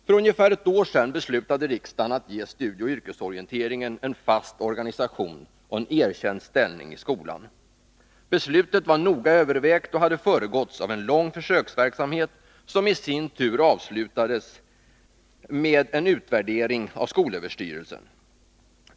För ungefär ett år sedan beslutade riksdagen att ge studieoch yrkesorienteringen en fast organisation och en erkänd ställning i skolan. Beslutet var noga övervägt och hade föregåtts av en lång försöksverksamhet, som i sin tur avslutades med en utvärdering av skolöverstyrelsen.